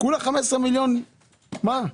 כולה 15 מיליון, מה?